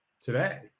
today